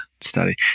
study